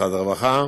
משרד הרווחה,